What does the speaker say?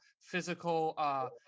physical